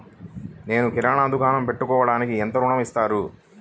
నేను కిరాణా దుకాణం పెట్టుకోడానికి ఎంత ఋణం ఇస్తారు?